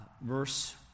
verse